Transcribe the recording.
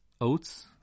oats